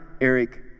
Eric